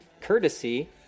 Courtesy